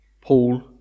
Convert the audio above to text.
Paul